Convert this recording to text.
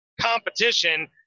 competition